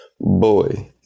Boy